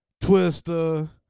Twister